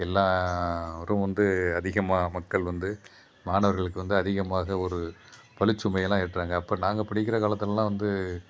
எல்லோரும் வந்து அதிகமாக மக்கள் வந்து மாணவர்களுக்கு வந்து அதிகமாக ஒரு பணி சுமையெல்லாம் ஏற்றுறாங்க அப்போ நாங்கள் படிக்கிற காலத்திலலாம் வந்து